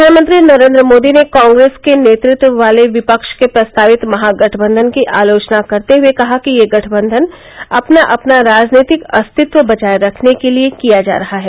प्रधानमंत्री नरेन्द्र मोदी ने कांग्रेस के नेतृत्व वाले विपक्ष के प्रस्तावित महागठबंधन की आलोचना करते हुए कहा है कि यह गठबंधन अपना अपना राजनीतिक अस्तित्व बचाये रखने के लिए किया जा रहा है